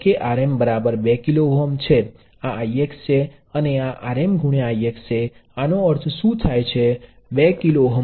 અને આ કોઈપણ સર્કિટ સાથે કનેક્ટ થઈ શકે છે અને Ix0